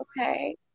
okay